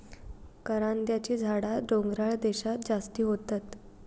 करांद्याची झाडा डोंगराळ देशांत जास्ती होतत